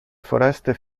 foreste